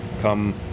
come